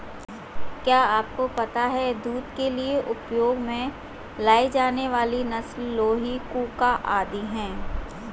क्या आपको पता है दूध के लिए उपयोग में लाई जाने वाली नस्ल लोही, कूका आदि है?